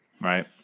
right